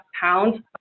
pounds